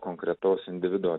konkretaus individo